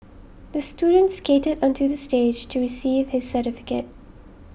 the student skated onto the stage to receive his certificate